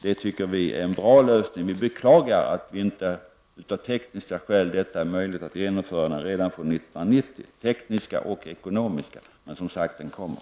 Det tycker vi är en bra lösning. Vi beklagar att det av tekniska och ekonomiska skäl inte är möjligt att genomföra denna lösning för år 1990. Men som sagt, de kommer.